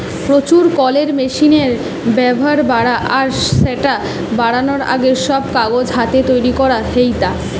প্রচুর কলের মেশিনের ব্যাভার বাড়া আর স্যাটা বারানার আগে, সব কাগজ হাতে তৈরি করা হেইতা